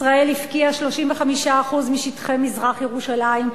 ישראל הפקיעה 35% משטחי מזרח-ירושלים,